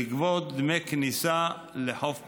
לגבות דמי כניסה לחוף פלמחים.